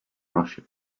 russia